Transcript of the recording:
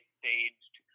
staged